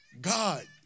God